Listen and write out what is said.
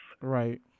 Right